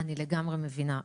אני לגמרי מבינה.